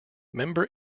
member